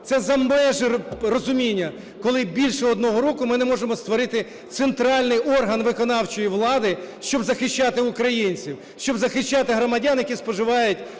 Це за межами розуміння, коли більше одного року ми не можемо створити центральний орган виконавчої влади, щоб захищати українців, щоб захищати громадян, які споживають